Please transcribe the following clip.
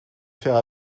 faire